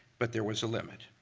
but there was a limit.